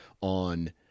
on